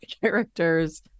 characters